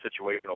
situational